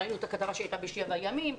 ראינו את הכתבה שהייתה ב"שבע ימים".